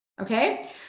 Okay